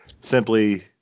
simply